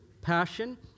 passion